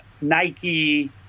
Nike